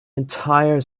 entire